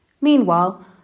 Meanwhile